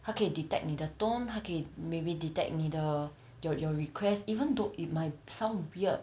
他可以 detect 你的 tone 他可以 maybe detect 你的 your your requests even though it might sound weird